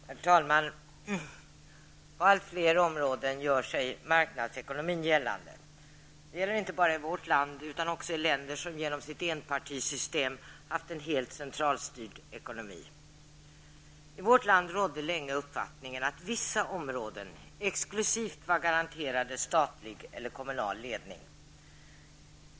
Herr talman! På allt fler områden gör sig marknadsekonomin gällande. Det gäller inte bara i vårt land utan också i länder som genom sitt enpartisystem haft en helt centralstyrd ekonomi. I vårt land rådde länge uppfattningen att vissa områden exklusivt var garanterade statlig eller kommunal lednnig.